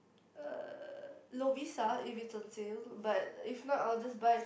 uh Lovisa if it's on sale but if not I will just buy